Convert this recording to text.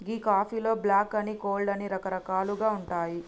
గీ కాఫీలో బ్లాక్ అని, కోల్డ్ అని రకరకాలుగా ఉంటాయి